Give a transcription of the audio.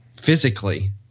physically